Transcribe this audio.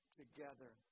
together